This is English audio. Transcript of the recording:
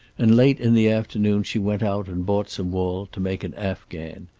and late in the afternoon she went out and bought some wool, to make an afghan.